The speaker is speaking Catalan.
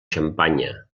xampanya